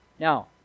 Now